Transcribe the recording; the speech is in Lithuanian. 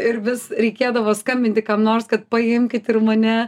ir vis reikėdavo skambinti kam nors kad paimkit ir mane